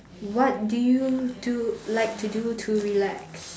what do you do like to do to relax